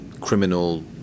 criminal